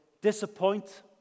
disappoint